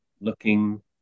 looking